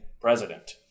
president